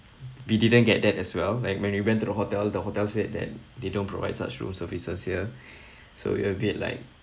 we didn't get that as well like when we went to the hotel the hotel said that they don't provide such room services here so we were a bit like